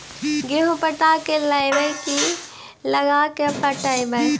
गेहूं पटा के लगइबै की लगा के पटइबै?